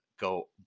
go